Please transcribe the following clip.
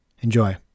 enjoy